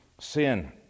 sin